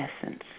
essence